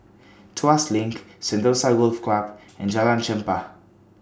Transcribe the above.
Tuas LINK Sentosa Golf Club and Jalan Chempah